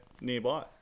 nearby